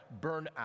burnout